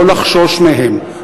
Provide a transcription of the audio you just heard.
לא לחשוש מהם,